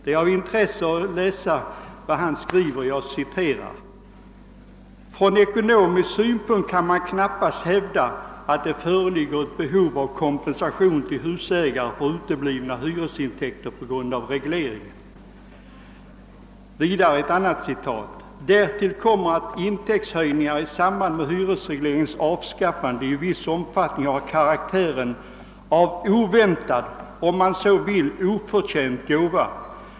Det är av intresse att läsa vad han skriver: »Från ekonomisk synpunkt kan man knappast hävda att det föreligger ett behov av kompensation till husägare för uteblivna hyresintäkter på grund av regleringen.» Ett annat citat ur artikeln är följande: »Därtill kommer att intäktshöjningar i samband med hyresregleringens avskaffande i viss omfattning har karaktären av oväntad — om man så vill oförtjänt — gåva.